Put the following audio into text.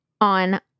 On